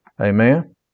Amen